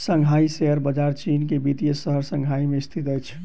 Shanghai share बजार चीन के वित्तीय शहर शंघाई में स्थित अछि